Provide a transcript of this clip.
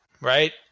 Right